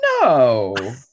No